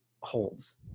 holds